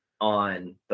on